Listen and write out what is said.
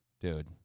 dude